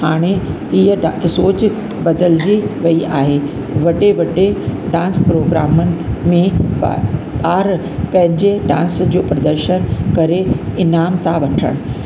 हाणे हीअ डा सोच बदलिजी वई आहे वॾे वॾे डांस प्रोग्रामनि में ॿा ॿार पंहिंजे डांस जो प्रदर्शनु करे इनाम था वठणु